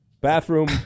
bathroom